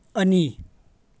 ꯑꯅꯤ